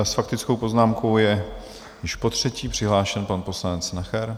S faktickou poznámkou je již potřetí přihlášen pan poslanec Nacher.